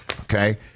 Okay